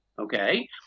okay